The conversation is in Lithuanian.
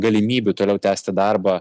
galimybių toliau tęsti darbą